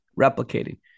replicating